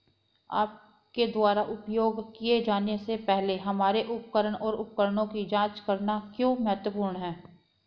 आपके द्वारा उपयोग किए जाने से पहले हमारे उपकरण और उपकरणों की जांच करना क्यों महत्वपूर्ण है?